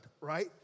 right